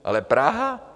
Ale Praha?